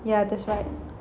ya that's bad